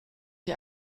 die